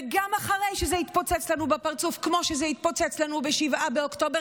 וגם אחרי שזה התפוצץ לנו בפרצוף כמו שזה התפוצץ לנו ב-7 באוקטובר,